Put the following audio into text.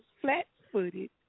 flat-footed